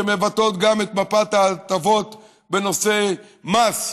שמבטאות גם את מפת ההטבות בנושא מס,